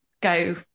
go